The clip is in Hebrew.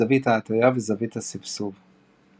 זווית ההטיה וזווית הסבסוב .